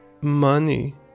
money